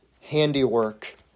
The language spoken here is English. handiwork